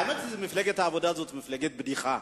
האמת היא שמפלגת העבודה הזאת היא מפלגת בדיחה,